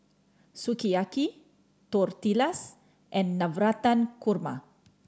Sukiyaki Tortillas and Navratan Korma